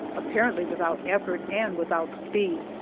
apparently without effort and without speed,